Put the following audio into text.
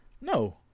No